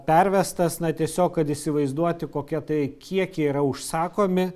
pervestas na tiesiog kad įsivaizduoti kokie tai kiekiai yra užsakomi